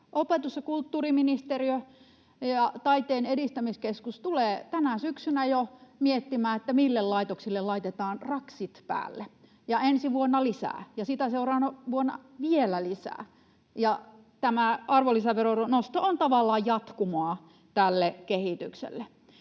Opetus- ja kulttuuriministeriö ja Taiteen edistämiskeskus tulevat jo tänä syksynä miettimään, mille laitoksille laitetaan raksit päälle, ja ensi vuonna lisää ja sitä seuraavana vuonna vielä lisää. Tämä arvonlisäveron nosto on tavallaan jatkumoa tälle kehitykselle.